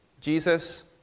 Jesus